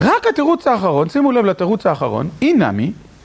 רק התירוץ האחרון, שימו לב לתירוץ האחרון, אינמי.